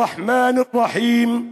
בשם אלוהים הרחמן והרחום,